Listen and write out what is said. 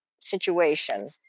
situation